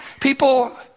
People